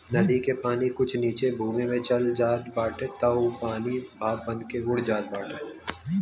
नदी के पानी कुछ नीचे भूमि में चल जात बाटे तअ कुछ पानी भाप बनके उड़ जात बाटे